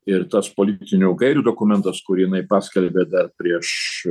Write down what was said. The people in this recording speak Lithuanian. ir tas politinių gairių dokumentas kurį jinai paskalbė dar prieš